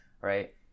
right